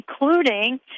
including